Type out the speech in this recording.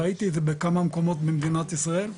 ראיתי את זה בכמה מקומות במדינת ישראל.